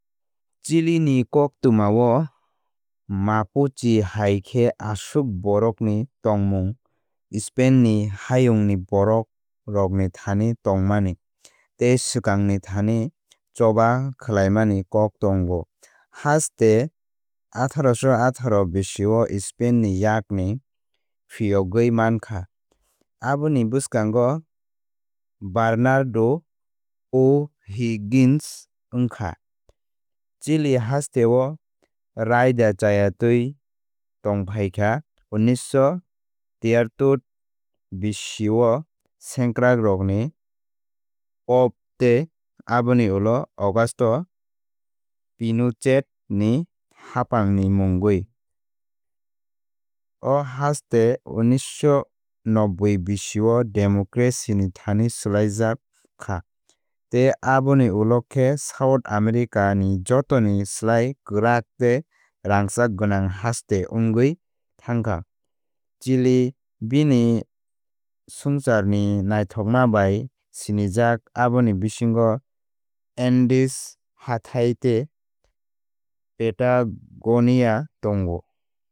Chile ni koktwmao Mapuche hai khe aswk borok ni tongmung Spain ni hayung ni borok rok ni thani tongmani tei swkang ni thani choba khwlaimani kok tongo. Haste atharosho atharo bisio Spain ni yakni phiyogwi mankha aboni bwskango Bernardo OHiggins wngkha. Chile hasteo raida chayatwi tongphaikha unnisho tiyatur bisio sengkrakrokni coup tei aboni ulo Augusto Pinochet ni haphangni mungwi. O haste unnisho nobaaui bisio democracy ni thani swlaijak kha tei aboni ulo khe South America ni jotoni slai kwrak tei rangchak gwnang haste wngwi thangkha. Chili bini swngcharni naithokma bai sinijak aboni bisingo Andes hathái tei Patagonia tongo.